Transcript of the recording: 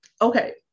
okay